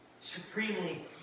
Supremely